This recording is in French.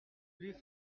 plus